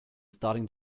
starting